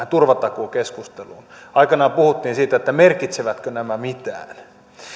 turvatakuukeskusteluun aikanaan puhuttiin siitä merkitsevätkö nämä mitään